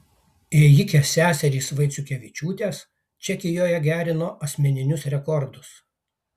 ėjikės seserys vaiciukevičiūtės čekijoje gerino asmeninius rekordus